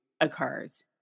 occurs